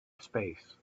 space